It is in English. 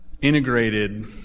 integrated